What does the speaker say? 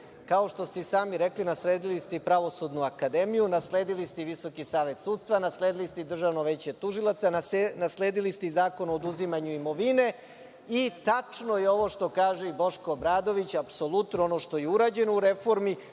Kao što ste i sami rekli, nasledili ste i Pravosudnu akademiju, nasledili ste i Visoki savet sudstva, nasledili ste i Državno veće tužilaca, nasledili ste i Zakon o oduzimanju imovine. Tačno je ovo što kaže Boško Obradović, apsolutno ono što je urađeno u reformi,